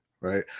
right